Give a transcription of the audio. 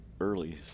early